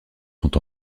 sont